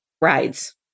rides